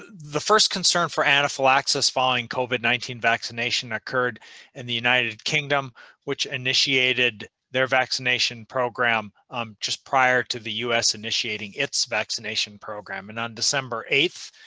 the first concern for anaphylaxis following covid nineteen vaccination occurred in and the united kingdom which initiated their vaccination program um just prior to the u. s. initiating its vaccination program. and on december eight,